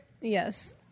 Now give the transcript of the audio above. yes